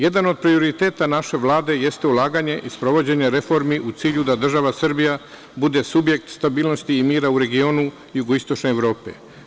Jedan od prioriteta naše Vlade jeste ulaganje i sprovođenje reformi u cilju da država Srbija bude subjekt stabilnosti i mira u regionu jugoistočne Evrope.